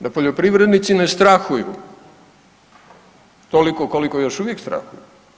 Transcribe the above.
Da poljoprivrednici ne strahuju toliko koliko još uvijek strahuju.